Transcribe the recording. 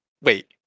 Wait